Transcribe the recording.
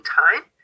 time